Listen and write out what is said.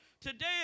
Today